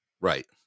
Right